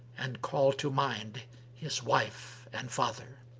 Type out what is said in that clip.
and called to mind his wife and father,